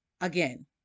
Again